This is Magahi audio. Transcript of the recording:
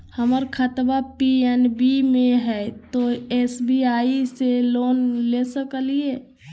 हमर खाता पी.एन.बी मे हय, तो एस.बी.आई से लोन ले सकलिए?